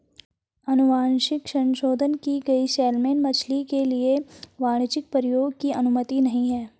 अनुवांशिक संशोधन की गई सैलमन मछली के लिए वाणिज्यिक प्रयोग की अनुमति नहीं है